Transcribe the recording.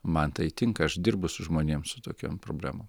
man tai tinka aš dirbu su žmonėm su tokiom problemom